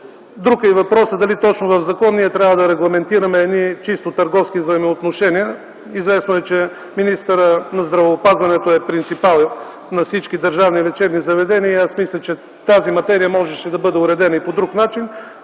Друг е въпросът дали точно в закон ние трябва да регламентираме чисто търговски взаимоотношения. Известно е, че министърът на здравеопазването е принципал на всички държавни лечебни заведения. Аз мисля, че тази материя можеше да бъде уредена и по друг начин,